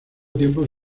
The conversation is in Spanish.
tiempo